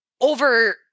over